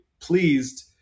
pleased